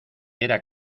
era